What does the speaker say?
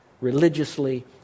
religiously